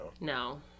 No